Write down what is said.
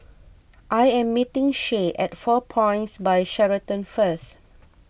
I am meeting Shay at four Points By Sheraton first